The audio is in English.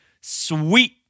sweet